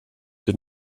did